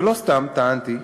ולא סתם טענתי,